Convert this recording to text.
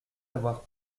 avoir